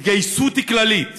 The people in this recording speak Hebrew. התגייסות כללית.